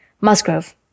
Musgrove